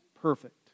perfect